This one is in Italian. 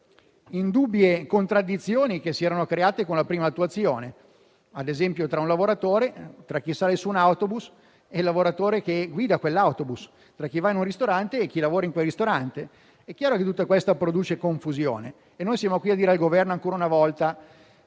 indubbie contraddizioni che si erano create con la prima attuazione quale, ad esempio, quella tra chi sale su un autobus e il lavoratore che guida quell'autobus o tra chi va in un ristorante e chi lavora in quel ristorante. È chiaro che tutto questo produce confusione e noi siamo qui a dire al Governo ancora una volta di